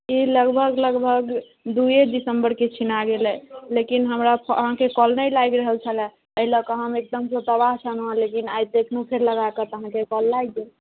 ई लगभग लगभग दुए दिसम्बरके छिना गेलै लेकिन हमरा आहाँकेँ कॉल नहि लागि रहल छलैया एहि लऽ कऽ हम एकदमसँ तबाह छलहुँ लेकिन आइ देखलहुँ फेर लगाकऽ तऽ आहाँकेँ कॉल लागि गेल